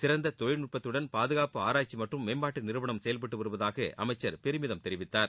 சிறந்த தொழில்நுட்பத்துடன் பாதுகாப்பு ஆராய்ச்சி மற்றும் மேம்பாட்டு நிறுவனம் செயவ்பட்டு வருவதாக அமைச்சர் பெருமிதம் தெரிவித்தார்